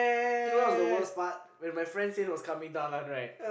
you know what's the worst part when my friend's hand was coming down one right